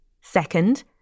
Second